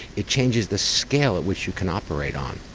it changes the scale at which you can operate on.